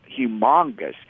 humongous